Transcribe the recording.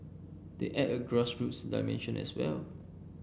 they add a grassroots dimension as well